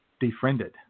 defriended